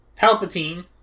Palpatine